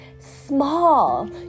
Small